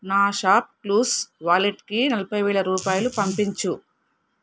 నా షాప్క్లూస్ వాలెట్కి నలభై వేల రూపాయలు పంపించు